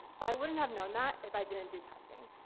i wouldn't have known that if i didn't do testing.